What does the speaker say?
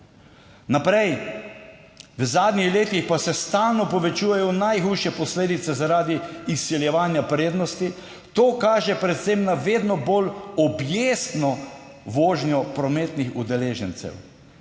Naprej: v zadnjih letih pa se stalno povečujejo najhujše posledice zaradi izsiljevanja prednosti, to kaže predvsem na vedno bolj objestno vožnjo prometnih udeležencev.